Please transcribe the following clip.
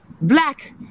black